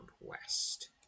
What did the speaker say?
west